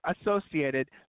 associated